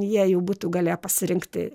jie jau būtų galėję pasirinkti